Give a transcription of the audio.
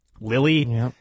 Lily